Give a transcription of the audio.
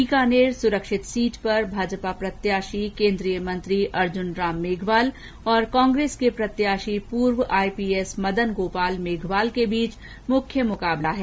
बीकानेर सुरक्षित सीट पर भाजपा प्रत्याशी केन्द्रीय मंत्री अुर्जन राम मेघवाल और कांग्रेस प्रत्याशी पूर्व आईपीएस मदन गोपाल मेघवाल के बीच मुख्य मुकाबला है